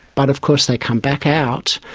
but of course they come back out,